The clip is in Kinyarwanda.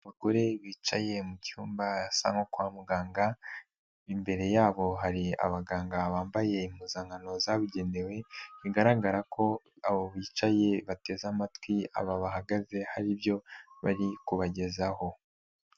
Abagore bicaye mu cyumba hasa nko kwa muganga imbere yabo hari abaganga bambaye impuzankano zabugenewe, bigaragara ko abo bicaye bateze amatwi aba bahagaze hari ibyo bari kubagezaho.